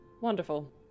Wonderful